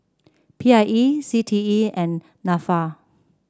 P I E C T E and NAFA